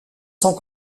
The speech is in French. sans